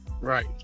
Right